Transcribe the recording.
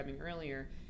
earlier